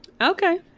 Okay